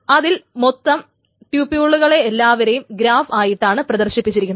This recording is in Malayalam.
അതിൽ മൊത്തം ട്യൂപൂൾകളെയെല്ലാവരെയും ഗ്രാഫ് ആയിട്ടാണ് പ്രദർശിപ്പിച്ചിരിക്കുന്നത്